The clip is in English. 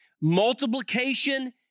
Multiplication